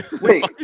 Wait